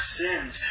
sins